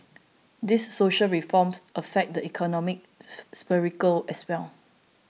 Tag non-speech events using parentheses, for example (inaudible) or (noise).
these social reforms affect the economic (unintelligible) as well